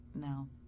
no